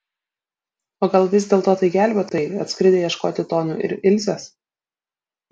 o gal vis dėlto tai gelbėtojai atskridę ieškoti tonio ir ilzės